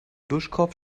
duschkopf